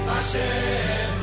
Hashem